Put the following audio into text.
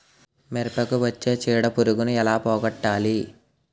మిరపకు వచ్చే చిడపురుగును ఏల పోగొట్టాలి?